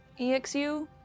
EXU